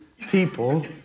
people